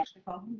nicole.